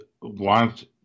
want